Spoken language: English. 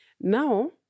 Now